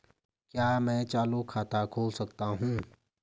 क्या मैं चालू खाता खोल सकता हूँ?